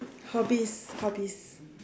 hobbies hobbies